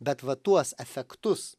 bet va tuos efektus